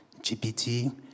GPT